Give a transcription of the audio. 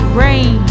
rain